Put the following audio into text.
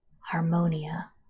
Harmonia